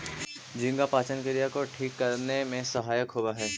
झींगा पाचन क्रिया को ठीक करने में सहायक होवअ हई